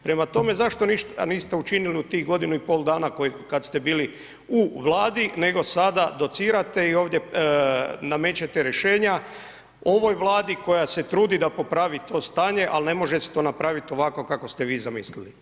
Prema tome, zašto ništa niste učinili u tih godinu i pol dana, kada ste bili u vladi nego sada docirate i ovdje namećete rješenja, ovoj vladi, koja se trudi da popravi to stanje, ali ne može se to napraviti ovako kako ste vi zamislili.